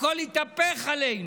הכול התהפך עלינו.